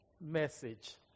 message